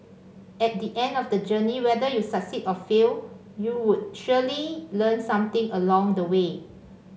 at the end of the journey whether you succeed or fail you would surely learn something along the way